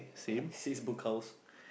it says Book House